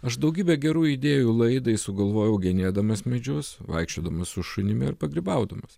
aš daugybę gerų idėjų laidai sugalvojau genėdamas medžius vaikščiodamas su šunimi arba grybaudamas